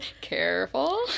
careful